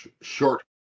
short